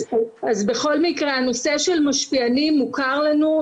אז בכל מקרה הנושא של משפיענים מוכר לנו,